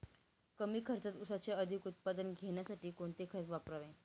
कमी खर्चात ऊसाचे अधिक उत्पादन घेण्यासाठी कोणते खत वापरावे?